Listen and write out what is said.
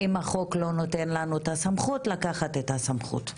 אם החוק לא נותן לנו את הסמכות לקחת את הסמכות.